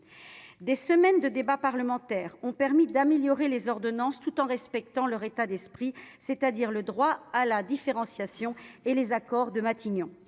Des semaines de débats parlementaires ont permis d'améliorer les ordonnances, tout en respectant leur état d'esprit, c'est-à-dire le droit à la différenciation et les accords de Matignon.